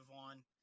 on